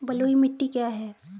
बलुई मिट्टी क्या है?